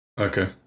Okay